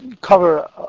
cover